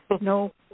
no